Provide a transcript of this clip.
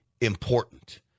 important